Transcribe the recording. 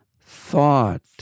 thought